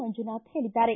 ಮಂಜುನಾಥ್ ಹೇಳದ್ದಾರೆ